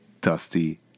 Dusty